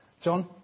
John